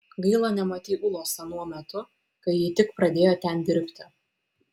gaila nematei ulos anuo metu kai ji tik pradėjo ten dirbti